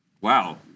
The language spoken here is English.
Wow